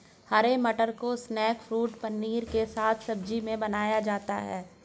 हरे मटर को snack food पनीर के साथ सब्जी में बनाया जाता है